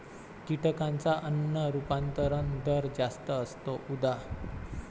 कीटकांचा अन्न रूपांतरण दर जास्त असतो, उदा